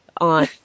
on